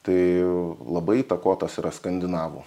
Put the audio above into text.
tai labai įtakotas yra skandinavų